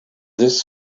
this